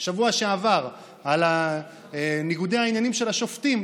רק בשבוע שעבר על ניגודי העניינים של השופטים,